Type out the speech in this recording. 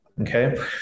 Okay